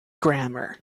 grammar